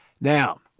Now